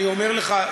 אני אומר לך,